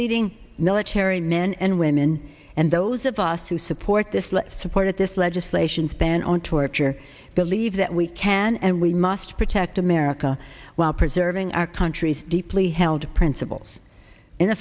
leading military men and women and those of us who support this let's support this legislation to ban on torture believe that we can and we must protect america while preserving our country's deeply held principles in the